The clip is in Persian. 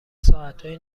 ساعتای